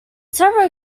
several